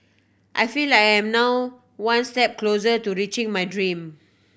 I feel like I am now one step closer to reaching my dream